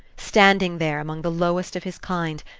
standing there among the lowest of his kind,